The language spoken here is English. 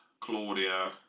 Claudia